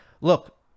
look